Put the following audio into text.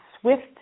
swift